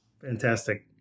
Fantastic